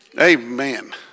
Amen